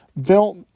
built